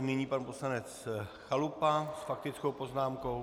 Nyní pan poslanec Chalupa s faktickou poznámkou.